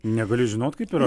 negali žinot kaip yra